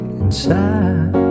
inside